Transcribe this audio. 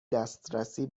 دسترسی